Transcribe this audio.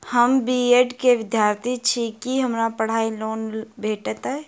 हम B Ed केँ विद्यार्थी छी, की हमरा पढ़ाई लेल लोन भेटतय?